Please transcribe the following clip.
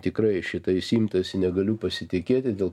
tikrai šitais imtasi negaliu pasitikėti dėl